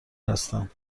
هستم